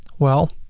well,